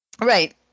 Right